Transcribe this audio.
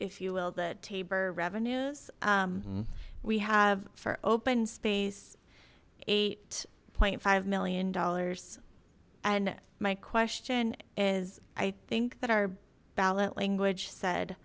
if you will the tabor revenues we have for open space eight point five million dollars and my question is i think that our ballot language said